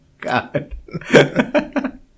God